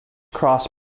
cross